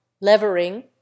Levering